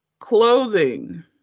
Clothing